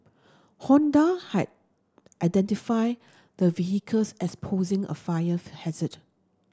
Honda had identified the vehicles as posing a fire hazard